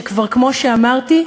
שכמו שאמרתי,